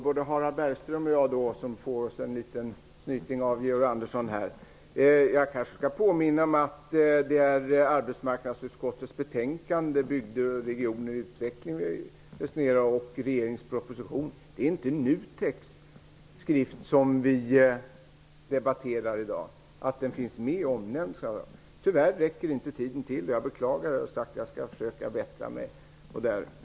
Både Harald Bergström och jag får oss en liten snyting av Georg Andersson för att vi inte har läst på. Jag kanske skall påminna om att det är arbetsmarknadsutskottets betänkande Bygder och regioner i utveckling samt regeringens proposition och inte NUTEK:s skrift som vi debatterar i dag. Den finns omnämnd i betänkandet. Men tyvärr räcker inte tiden till, och det beklagar jag. Jag skall försöka bättra mig.